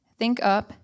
ThinkUp